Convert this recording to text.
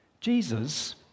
Jesus